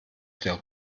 der